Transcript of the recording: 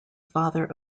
father